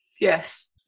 yes